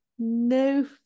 no